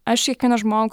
aš kiekvieną žmogų